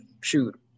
shoot